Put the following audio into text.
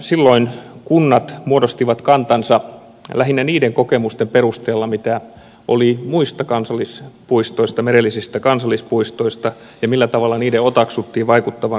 silloin kunnat muodostivat kantansa lähinnä niiden kokemusten perusteella mitä oli muista merellisistä kansallispuistoista ja millä tavalla niiden otaksuttiin vaikuttavan kalastukseen